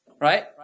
right